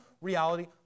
reality